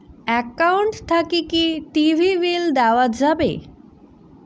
Account থাকি কি TV bill দেওয়া যাবে?